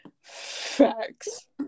Facts